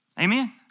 Amen